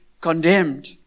condemned